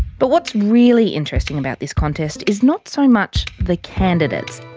but what's really interesting about this contest is not so much the candidates.